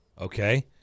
Okay